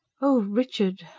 oh, richard!